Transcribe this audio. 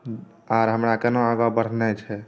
आर हमरा केना आगाँ बढ़नाइ छै